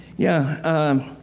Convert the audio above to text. yeah. um,